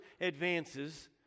advances